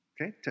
Okay